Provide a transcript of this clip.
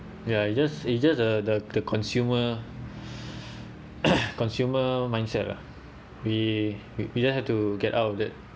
ya it's just it's just the the the consumer consumer mindset lah we we we just have to get out of it